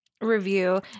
review